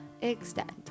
extend